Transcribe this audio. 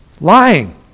Lying